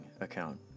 account